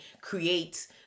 create